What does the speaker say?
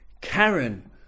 Karen